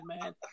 man